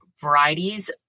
varieties